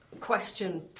question